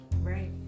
Right